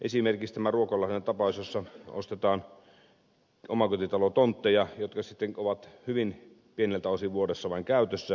esimerkiksi tässä ruokolahden tapauksessa ostetaan omakotitalotontteja jotka sitten ovat vain hyvin pieneltä osin vuodessa käytössä